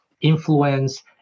influence